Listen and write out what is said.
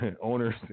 owners